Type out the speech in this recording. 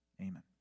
Amen